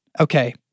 okay